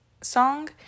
song